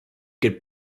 could